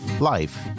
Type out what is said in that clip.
life